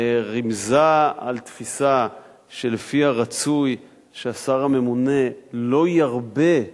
רמיזה על תפיסה שלפיה רצוי שהשר הממונה לא ירבה,